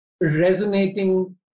resonating